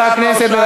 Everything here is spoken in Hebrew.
חבר הכנסת גפני.